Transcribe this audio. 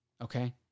Okay